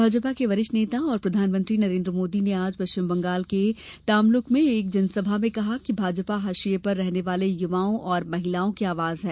भाजपा के वरिष्ठ नेता और प्रधानमंत्री नरेन्द्र मोदी ने आज पश्चिम बंगाल के तामलुक में एक जनसभा में कहा कि भाजपा हाशिये पर रहने वालों युवाओं और महिलाओं की आवाज है